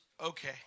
Okay